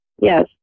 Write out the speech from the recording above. Yes